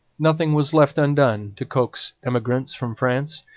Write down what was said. nothing was left undone to coax emigrants from france.